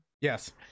Yes